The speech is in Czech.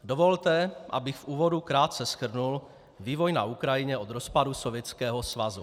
Dovolte, abych v úvodu krátce shrnul vývoj na Ukrajině od rozpadu Sovětského svazu.